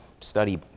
study